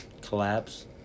collapse